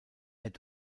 add